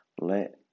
Let